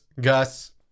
Gus